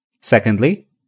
secondly